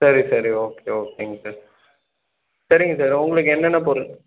சரி சரி ஓகே ஓகேங்க சார் சரிங்க சார் உங்களுக்கு என்னென்ன பொருள்